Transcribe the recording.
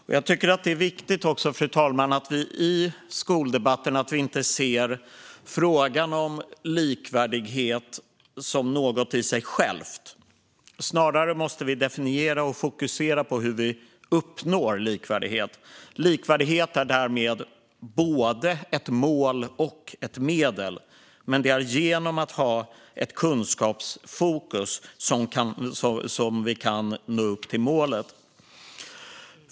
Det är också viktigt att vi i skoldebatten inte ser frågan om likvärdighet som något i sig självt. Snarare måste vi definiera och fokusera på hur vi uppnår likvärdighet. Likvärdighet är därmed både ett mål och ett medel, men det är genom att ha ett kunskapsfokus som vi kan nå upp till målet.